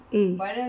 mm